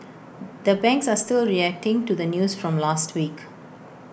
the banks are still reacting to the news from last week